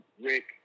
Rick